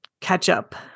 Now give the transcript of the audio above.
catch-up